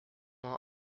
nom